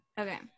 Okay